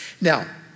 Now